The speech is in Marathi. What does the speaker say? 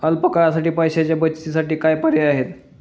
अल्प काळासाठी पैशाच्या बचतीसाठी काय पर्याय आहेत?